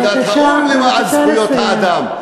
לוועידת האו"ם לזכויות אדם?